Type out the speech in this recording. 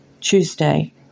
Tuesday